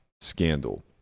scandal